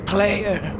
Player